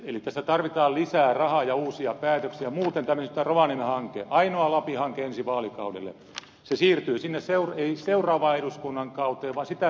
eli tässä tarvitaan lisää rahaa ja uusia päätöksiä muuten esimerkiksi tämä rovaniemen hanke ainoa lapin hanke ensi vaalikaudelle siirtyy ei seuraavaan eduskunnan kauteen vaan sitä seuraavaan